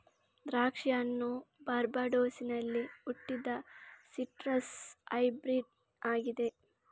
ದ್ರಾಕ್ಷಿ ಹಣ್ಣು ಬಾರ್ಬಡೋಸಿನಲ್ಲಿ ಹುಟ್ಟಿದ ಸಿಟ್ರಸ್ ಹೈಬ್ರಿಡ್ ಆಗಿದೆ